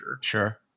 Sure